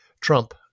Trump